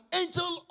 angel